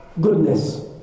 goodness